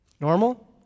Normal